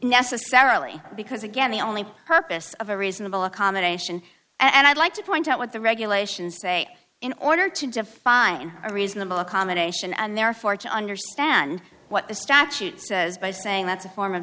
necessarily because again the only purpose of a reasonable accommodation and i'd like to point out what the regulations say in order to define a reasonable accommodation and their fortune understand what the statute says by saying that's a form of